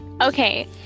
Okay